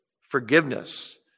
forgiveness